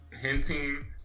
hinting